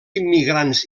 immigrants